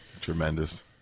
Tremendous